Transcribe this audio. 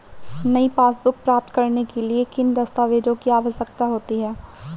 नई पासबुक प्राप्त करने के लिए किन दस्तावेज़ों की आवश्यकता होती है?